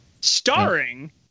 Starring